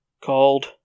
called